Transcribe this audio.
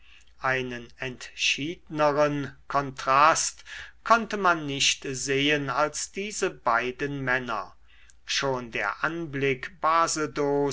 einen entschiedneren kontrast konnte man nicht sehen als diese beiden männer schon der anblick